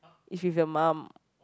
is with the mum